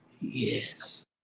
Yes